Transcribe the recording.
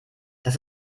das